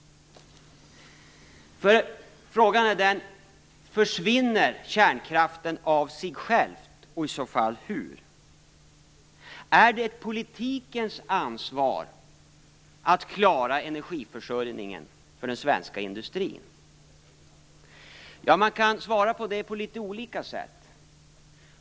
Frågan är: Försvinner kärnkraften av sig själv och i så fall hur? Är det politikens ansvar att klara energiförsörjningen för den svenska industrin? Man kan svara på det på litet olika sätt.